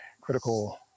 critical